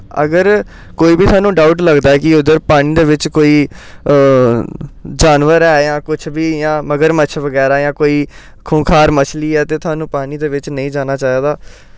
अगर कोई बी थाह्नूं डाउट लगदा ऐ कि उद्धर पानी दे बिच कोई जानवर ऐ जां कुछ बी इ'यां मगरमच्छ बगैरा जां कोई खूंखार मछली ऐ ते थाह्नूं पानी दे बिच नेईं जाना चाहिदा